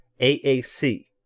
AAC